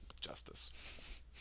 Justice